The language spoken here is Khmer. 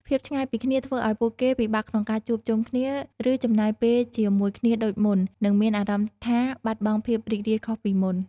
ភាពឆ្ងាយពីគ្នាធ្វើឱ្យពួកគេពិបាកក្នុងការជួបជុំគ្នា ឬចំណាយពេលជាមួយគ្នាដូចមុន នឹងមានអារម្មណ៍ថាបាត់បង់ភាពរីករាយខុសពីមុន ។